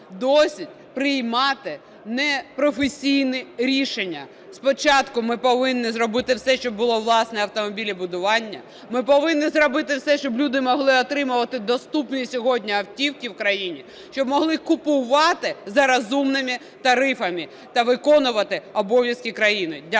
досить приймати непрофесійні рішення. Спочатку ми повинні зробити все, що було власне автомобілебудування. Ми повинні зробити все, щоб люди могли отримувати доступні сьогодні автівки в країні, щоб могли купувати за розумними тарифами, та виконувати обов'язки країни. Дякую.